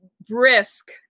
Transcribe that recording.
brisk